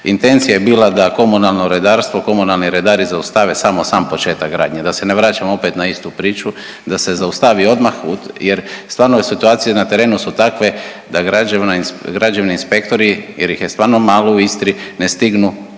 Intencija je bila da komunalno redarstvo i komunalni redari zaustave samo sam početak gradnje, da se ne vraćam opet na istu priču, da se zaustavi odmah jer stvarno situacije na terenu su takve da građevni inspektori jer ih je stvarno malo u Istri ne stignu